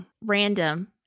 random